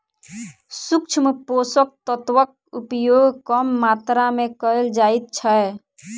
सूक्ष्म पोषक तत्वक उपयोग कम मात्रा मे कयल जाइत छै